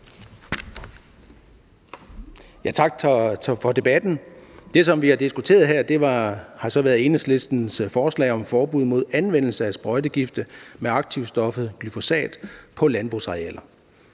Tak for debatten. Det, som vi har diskuteret her, har så været Enhedslistens forslag om forbud mod anvendelse af sprøjtegifte med aktivstoffet glyfosat på landbrugsarealer,